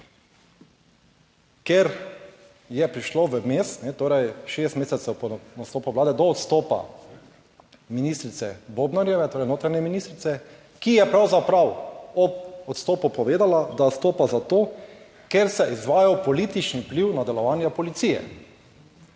Ker je prišlo vmes, torej šest mesecev po nastopu Vlade, do odstopa ministrice Bobnarjeve, torej notranje ministrice, ki je pravzaprav ob odstopu povedala, da odstopa zato, ker se je izvajal politični vpliv na delovanje policije.